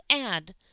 add